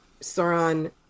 Sauron